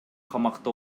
камакта